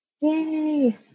yay